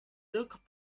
looked